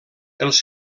els